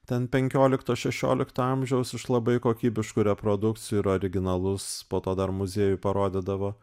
ten penkiolikto šešiolikto amžiaus iš labai kokybiškų reprodukcijų ir originalus po to dar muziejui parodydavo